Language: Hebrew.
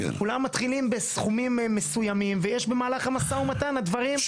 כולם מתחילים בסכומים מסוימים ויש במהלך המשא ומתן --- בקיצור,